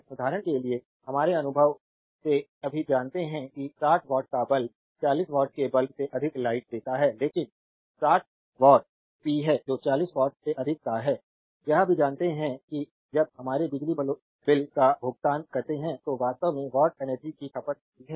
उदाहरण के लिए हमारे अनुभव से सभी जानते हैं कि 60 वॉट का बल्ब 40 वॉट के बल्ब से अधिक लाइट देता है क्योंकि 60 वॉट पी है जो 40 वॉट से अधिक का है यह भी जानते हैं कि जब हमारे बिजली बिलों का भुगतान करते हैं तो वास्तव में वाट एनर्जी की खपत होती है